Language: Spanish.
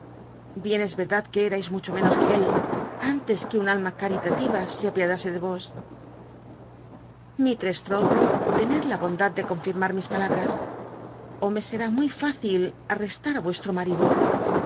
bien es y e dad que e ais mucho menos que él antes que un alma carilatil'a se apiadase de vo mistess trot'ood tened la bondad de conli ma mis palabras ó me seni muy fácil arresl a á vuestro marido